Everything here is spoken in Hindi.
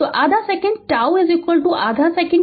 तो आधा सेकंड τ आधा सेकंड के